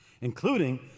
including